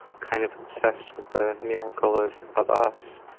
kind of obsessed with the miracle of of us.